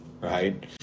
right